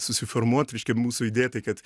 susiformuot reiškia mūsų idėja tai kad